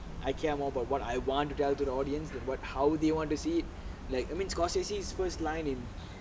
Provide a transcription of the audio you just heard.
I care more about what I want to tell to the audience then how they want to see it like I mean scorsese his first line in